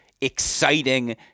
exciting